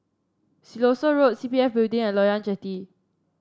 Siloso Road C P F Building and Loyang Jetty